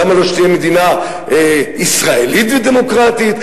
למה שלא תהיה מדינה ישראלית ודמוקרטית?